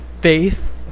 faith